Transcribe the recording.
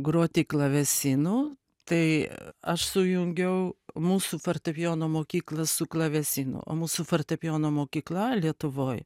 groti klavesinu tai aš sujungiau mūsų fortepijono mokyklą su klavesinu o mūsų fortepijono mokykla lietuvoj